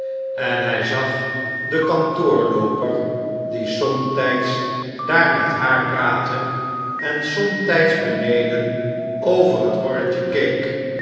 en hij zag den kantoorlooper die somtijds daar met haar praatte en somtijds benestephen verlaat de stad den over net horretje